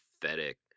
pathetic